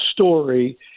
story